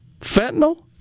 Fentanyl